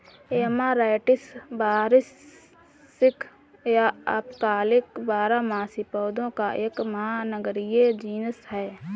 amaranthus वार्षिक या अल्पकालिक बारहमासी पौधों का एक महानगरीय जीनस है